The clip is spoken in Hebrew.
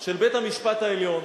של בית-המשפט העליון,